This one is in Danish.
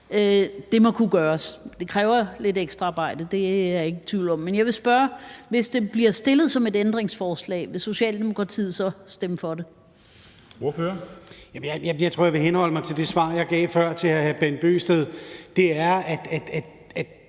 det må kunne gøres. Det kræver lidt ekstra arbejde, er jeg ikke i tvivl om. Men jeg vil spørge: Hvis det bliver stillet som et ændringsforslag, vil Socialdemokratiet så stemme for det? Kl. 10:45 Formanden (Henrik Dam Kristensen): Ordføreren. Kl.